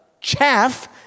chaff